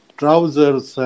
trousers